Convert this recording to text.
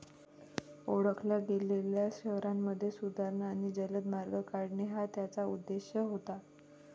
ओळखल्या गेलेल्या शहरांमध्ये सुधारणा आणि जलद मार्ग काढणे हा त्याचा उद्देश होता